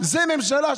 זו הממשלה.